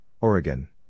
Oregon